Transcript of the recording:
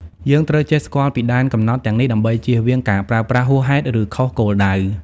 យើងត្រូវចេះស្គាល់ពីដែនកំណត់ទាំងនេះ ដើម្បីជៀសវាងការប្រើប្រាស់ហួសហេតុ ឬខុសគោលដៅ។